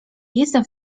jestem